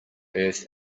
earth